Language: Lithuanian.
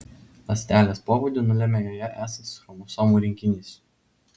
ląstelės pobūdį nulemia joje esąs chromosomų rinkinys